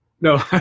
No